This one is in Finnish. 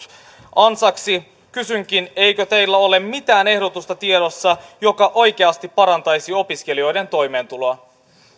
ansaksi eikö teillä ole mitään ehdotusta tiedossa joka oikeasti parantaisi opiskelijoiden toimeentuloa